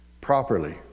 properly